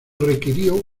requirió